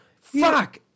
Fuck